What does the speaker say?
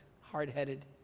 hard-headed